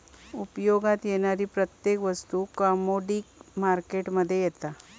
उपयोगात येणारी प्रत्येक वस्तू कमोडीटी मार्केट मध्ये येता